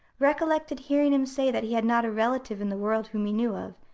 recollected hearing him say that he had not a relative in the world whom he knew of,